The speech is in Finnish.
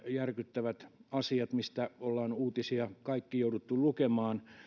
järkyttäviä asioita mistä olemme uutisia kaikki joutuneet lukemaan